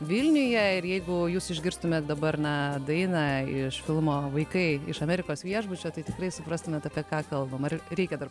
vilniuje ir jeigu jūs išgirstumėt dabar na dainą iš filmo vaikai iš amerikos viešbučio tai tikrai suprastumėt apie ką kalbama ar reikia dar